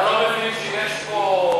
אתה לא מבין שיש פה,